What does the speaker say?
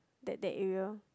that that area